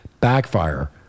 backfire